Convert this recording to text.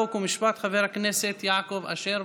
חוק ומשפט חבר הכנסת יעקב אשר,